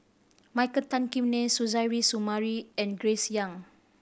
Michael Tan Kim Nei Suzairhe Sumari and Grace Young